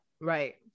right